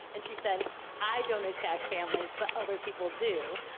and she said i don't attack families, but other people do,